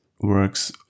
works